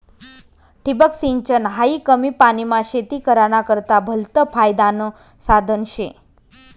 ठिबक सिंचन हायी कमी पानीमा शेती कराना करता भलतं फायदानं साधन शे